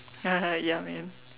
ya man